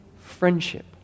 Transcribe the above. friendship